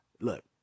look